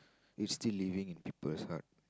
you still living in people's heart